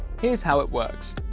here's how it works.